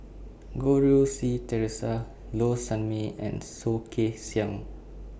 Goh Rui Si Theresa Low Sanmay and Soh Kay Siang